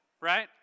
right